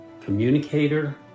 communicator